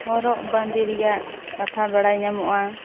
ᱦᱚᱨᱚᱜ ᱵᱟᱸᱫᱮ ᱨᱮᱭᱟᱜ ᱠᱟᱛᱷᱟ ᱵᱟᱲᱟᱭ ᱧᱟᱢᱚᱜᱼᱟ